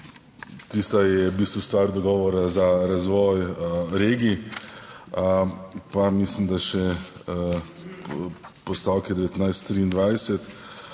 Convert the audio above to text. Tista je v bistvu stvar dogovora za razvoj regij, pa mislim. Pa da še o postavki 19-23.